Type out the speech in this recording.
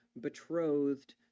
betrothed